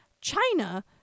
China